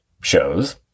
shows